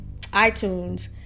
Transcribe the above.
iTunes